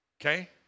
Okay